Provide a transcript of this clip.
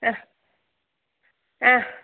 ആ ആ